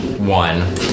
One